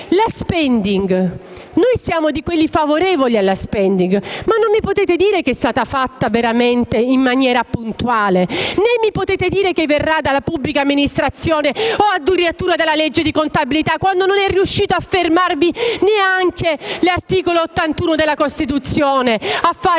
la *spending review*, noi siamo favorevoli, ma non mi potete dire che è stata fatta veramente in maniera puntuale, né mi potete dire che verrà dalla pubblica amministrazione o addirittura dalla legge di contabilità. Quando non è riuscito a fermarvi neanche l'articolo 81 della Costituzione a fare